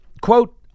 quote